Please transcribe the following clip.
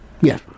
Yes